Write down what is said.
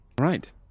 right